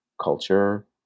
culture